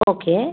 okay